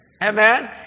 Amen